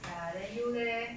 ya then you leh